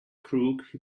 crook